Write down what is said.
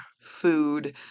food